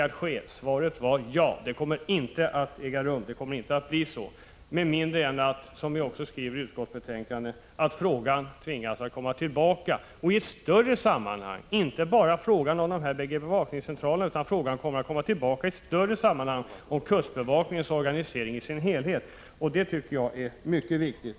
Svaret blev att neddragningen inte kommer att äga rum — det kommer inte att bli någon neddragning med mindre än att man, som det också heter i utskottsbetänkandet — tvingas komma tillbaka med frågan i ett större sammanhang. Det skall alltså inte endast gälla frågan om dessa båda bevakningscentraler utan organisationen av hela kustbevakningen, och det tycker jag är mycket viktigt.